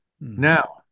now